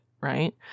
right